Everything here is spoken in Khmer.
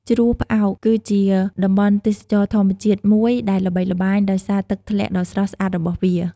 ជ្រោះផ្អោក គឺជាតំបន់ទេសចរណ៍ធម្មជាតិមួយដែលល្បីល្បាញដោយសារទឹកធ្លាក់ដ៏ស្រស់ស្អាតរបស់វា។